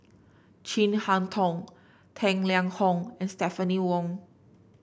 Chin Harn Tong Tang Liang Hong and Stephanie Wong